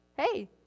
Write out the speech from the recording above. hey